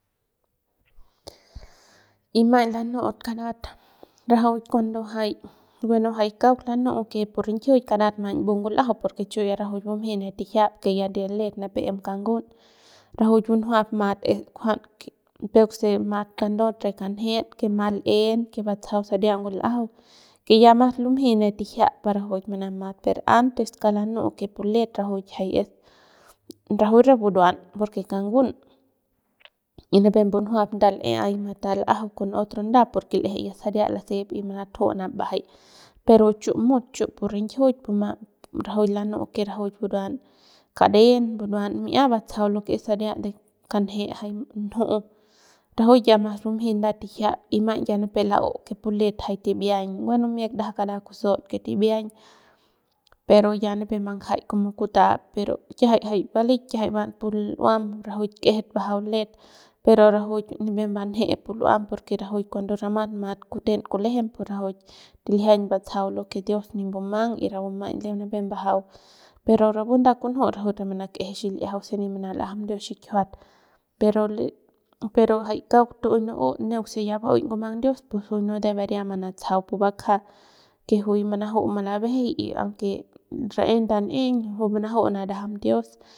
Y maiñ lanu'ut karat rajuik cuando jay bueno jay kauk lanu'ut karat pu rinjiuk karat maiñ mbu ngulajau porque chu ya rajuik bumjey ne tijiap que ya re let ya nipep em kangun ya re let bunjuap mat kunjan peuk se mat kandaut re kanjet mat l'en que batsajau saria ngul'ajau que ya mas bumjey ne tijiap pa rajuik manamat per antes kauk lanu'u que pu let rajuik jay es rajuik re buruan porque kangun y nipep mbunjuap nda l'ep matal'ajau con otro nda porque l'eje que ya saria lasep y manatju manabajay pero chu mut chu pu rinjiuk rajuikk pu lanu'u que rajuik buruan karen buruan batsajau mi'ia lo que es saria de kanje jay nju'u rajuik ya bumjey nda tijiap y maiñ ya nipep la'u que pu let ja tibiañ bueno ndajap miak kara kusaut que tibiañ pero ya nipep mbanjaik como kutap pero kiajay balik k'ejet pu l'uam rajuik k'ejet bajau let pero rajuik nipep mbaje pu l'uam porque rajuik cuando ramat mat kuten kulejem pu rajuik tiljiañ batsajau lo que dios nip mbumang y rapu maiñ lem nipep mbajau pero rapu nda kunju rajuik pu manak'eje xil'iajau se nip manal'ajam dios xikjiuat pero pero jay kauk tu'uey nu'u jay neuk se ya ba'ui ngumang dios pus juy ni debería mantsajau pu bakja que juy manaju malabejey y aunque rae ndan'eiñ juy manaju marajam dios.